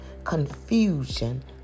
confusion